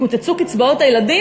קוצצו קצבאות הילדים,